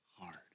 hard